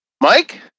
Mike